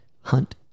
Hunt